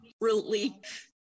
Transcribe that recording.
relief